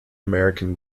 american